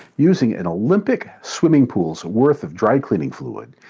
using an olympic swimming pool's worth of dry cleaning fluid,